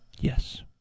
Yes